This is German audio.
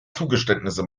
zugeständnisse